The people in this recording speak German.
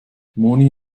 moni